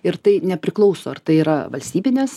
ir tai nepriklauso ar tai yra valstybinės